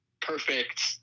perfect